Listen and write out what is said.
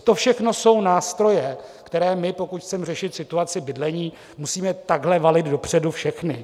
To všechno jsou nástroje, pokud chceme řešit situaci bydlení, musíme takhle valit dopředu všechny.